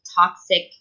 toxic